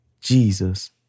Jesus